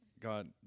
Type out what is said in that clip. God